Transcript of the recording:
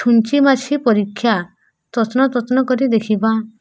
ଛୁଞ୍ଚି ମାଛି ପରୀକ୍ଷା ତତ୍ନ ତତ୍ନ କରି ଦେଖିବା